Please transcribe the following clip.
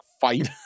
fight